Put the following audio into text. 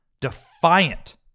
defiant